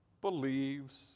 believes